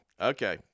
Okay